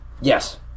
Yes